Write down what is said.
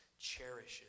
cherishes